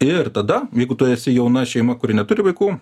ir tada jeigu tu esi jauna šeima kuri neturi vaikų